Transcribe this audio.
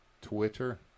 Twitter